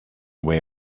way